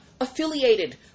affiliated